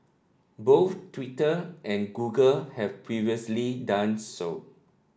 both Twitter and Google have previously done so